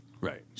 Right